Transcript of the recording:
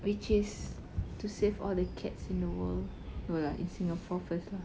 which is to save all the cats in the world no lah in singapore first lah